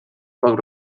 poc